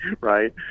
right